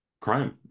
crime